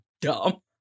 dumb